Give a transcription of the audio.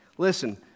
Listen